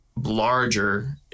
larger